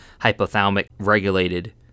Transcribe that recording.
hypothalamic-regulated